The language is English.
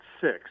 six